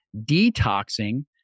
detoxing